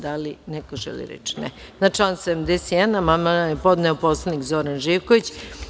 Da li neko želi reč? (Ne.) Na član 71. amandman je podneo narodni poslanik Zoran Živković.